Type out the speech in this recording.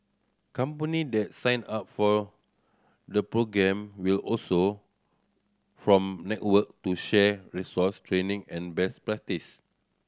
company that sign up for the programme will also from network to share resource training and best practice